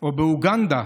או באוגנדה,